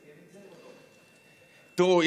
תראו,